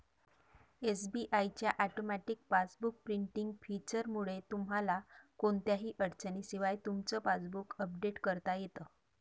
SBI च्या automatic passbook printing फीचरमुळे तुम्हाला कोणत्याही अडचणीशिवाय तुमचं पासबुक अपडेट करता येतं